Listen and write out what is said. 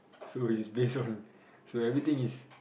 so it's based on so everything is